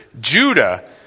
Judah